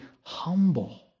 humble